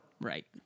Right